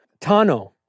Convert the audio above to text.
Tano